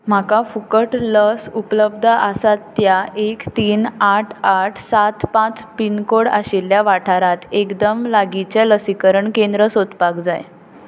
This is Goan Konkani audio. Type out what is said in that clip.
म्हाका फुकट लस उपलब्ध आसात त्या एक तीन आठ आठ सात पांच पिनकोड आशिल्ल्या वाठारांत एकदम लागीचें लसीकरण केंद्र सोदपाक जाय